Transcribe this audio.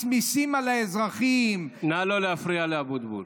מעמיס מיסים על האזרחים, נא לא להפריע לאבוטבול.